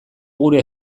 gure